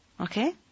Okay